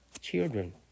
children